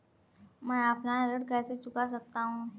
मैं ऑफलाइन ऋण कैसे चुका सकता हूँ?